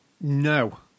No